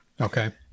Okay